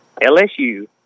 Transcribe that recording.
LSU